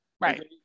right